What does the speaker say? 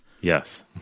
Yes